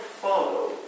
follow